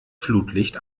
flutlicht